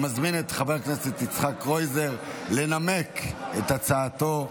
אני מזמין את חבר הכנסת יצחק קרויזר לנמק את הצעתו.